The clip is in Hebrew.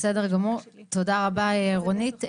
בסדר גמור, תודה רבה רונית.